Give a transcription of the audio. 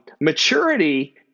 Maturity